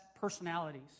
personalities